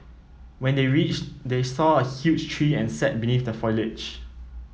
when they reached they saw a huge tree and sat beneath the foliage